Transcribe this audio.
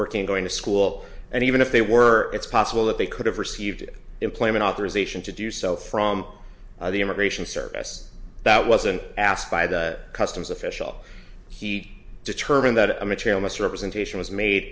working going to school and even if they were it's possible that they could have received employment authorization to do so from the immigration service that wasn't asked by the customs official he determined that a material misrepresentation was made